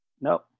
No